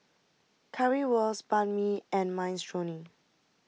Currywurst Banh Mi and Minestrone